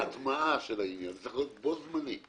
ההטמעה של העניין זה צריך להיות בו בזמן.